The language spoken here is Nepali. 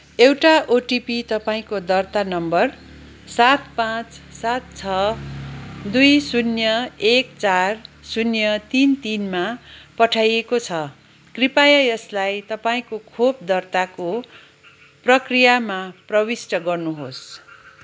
एउटा ओटिपी तपाईँको दर्ता नम्बर सात पाँच सात छ दुई शून्य एक चार शून्य तिन तिनमा पठाइएको छ कृपया यसलाई तपाईँको खोप दर्ताको प्रक्रियामा प्रविष्ट गर्नुहोस्